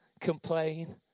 complain